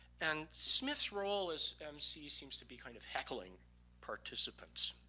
and smith's role as emcee seems to be kind of heckling participants.